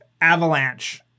avalanche